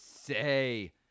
Say